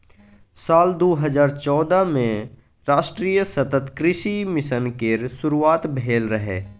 साल दू हजार चौदह मे राष्ट्रीय सतत कृषि मिशन केर शुरुआत भेल रहै